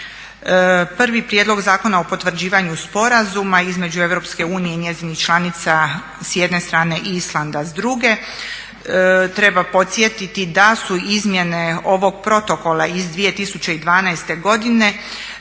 Prvi Prijedlog zakona o potvrđivanju Sporazuma između Europske unije i njezinih država članica, s jedne strane, i Islanda, s druge strane, treba podsjetiti da su izmjene ovog Protokola iz 2012. godine